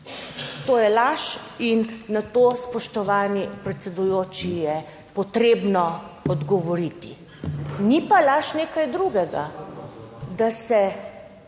To je laž in na to, spoštovani predsedujoči, je potrebno odgovoriti. Ni pa laž nekaj drugega: da se